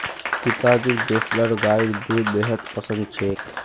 पिताजीक देसला गाइर दूध बेहद पसंद छेक